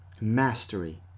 mastery